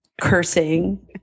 cursing